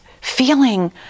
feeling